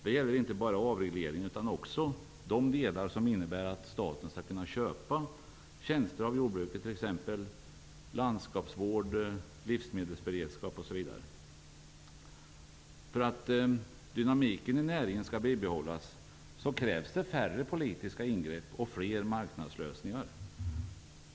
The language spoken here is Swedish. Det gäller inte bara avregleringen utan också de delar som innebär att staten skall kunna köpa tjänster av jordbruket, t.ex. landskapsvård och livsmedelsberedskap. För att dynamiken i näringen skall bibehållas krävs det färre politiska ingrepp och fler marknadslösningar.